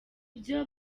byo